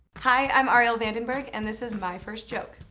hi, i'm arielle vandenberg and this is my first joke.